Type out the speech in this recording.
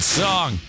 song